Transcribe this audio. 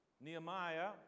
Nehemiah